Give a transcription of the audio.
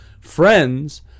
friends